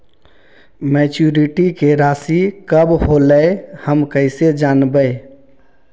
Maturity के रासि कब होलै हम कैसे जानबै?